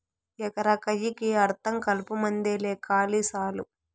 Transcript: ఎకరా కయ్యికా అర్థం కలుపుమందేలే కాలి సాలు